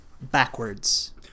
backwards